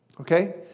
okay